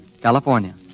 California